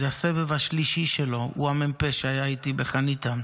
זה הסבב השלישי שלו הוא המ"פ שהיה איתי בחניתה,